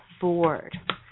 board